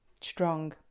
Strong